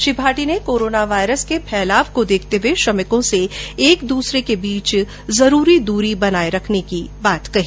श्री भाटी ने corona virus के फैलाव को देखते हुए श्रमिकों से एक दूसरे के बीच जरूरी दूरी बनाए रखने की बात भी कही